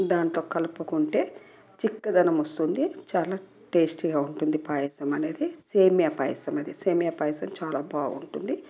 దాంతో కలుపుకుంటే చిక్కదనం వస్తుంది చాలా టేస్టీగా ఉంటుంది పాయసం అనేది సేమియా పాయసం అది సేమియా పాయసం చాలా బాగుంటుంది